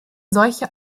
solche